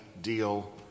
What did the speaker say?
deal